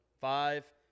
five –